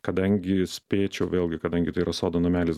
kadangi spėčiau vėlgi kadangi tai yra sodo namelis